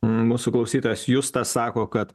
mūsų klausytojas justas sako kad